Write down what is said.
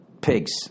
pigs